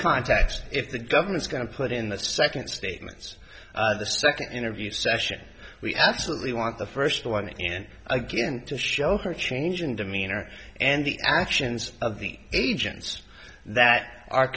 context if the government's going to put in the second statements the second interview session we absolutely want the first one and again to show her change in demeanor and the actions of the agents that are